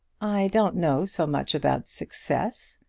i don't know so much about success.